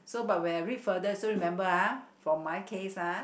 so but when I read further so remember ah for my case ah